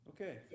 Okay